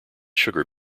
sugar